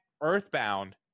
Earthbound